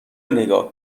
نگاه